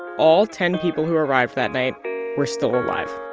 all ten people who arrived that night were still alive